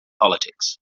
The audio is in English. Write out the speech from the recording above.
politics